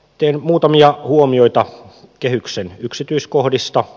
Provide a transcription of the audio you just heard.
teen muutamia huomioita kehyksen yksityiskohdista